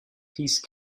peace